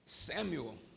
Samuel